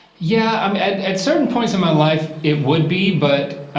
yeah, um and at certain points in my life, it would be, but,